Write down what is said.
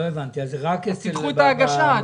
אז תדחו את ההגשה.